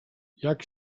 jak